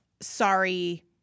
Sorry